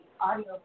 audio